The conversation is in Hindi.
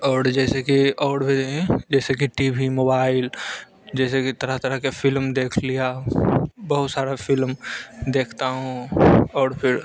और जैसे कि और है जैसे कि टी वी मोबाइल जैसे कि तरह तरह के फ़िल्म देख लिया बहुत सारी फ़िलम देखता हूँ और फिर